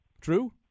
True